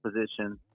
position